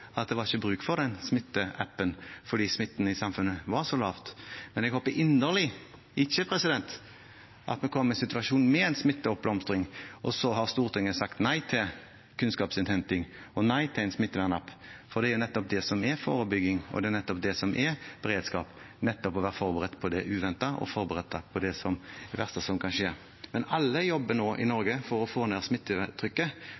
at det ikke var bruk for Smittestopp-appen fordi smitten i samfunnet var så lav. Men jeg håper inderlig at vi ikke kommer i en situasjon med smitteoppblomstring, og så har Stortinget sagt nei til kunnskapsinnhenting og nei til en smittestopp-app, for det er nettopp det som er forebygging, det er nettopp det som er beredskap: å være forberedt på det uventede og forberedt på det verste som kan skje. Alle i Norge jobber nå